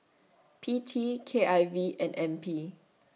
P T K I V and N P